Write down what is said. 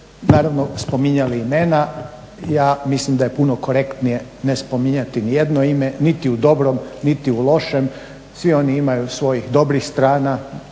naravno spominjali imena, ja mislim da je puno korektnije ne spominjati nijedno ime niti u dobrom niti u lošem. Svi oni imaju svojih dobrih strana,